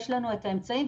יש לנו את האמצעים,